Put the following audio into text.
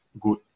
good